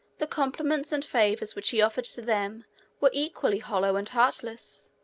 the compliments and favors which he offered to them were equally hollow and heartless.